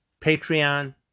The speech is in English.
Patreon